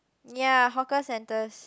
ya hawker centres